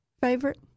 favorite